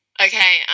Okay